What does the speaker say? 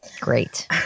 Great